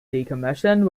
decommissioned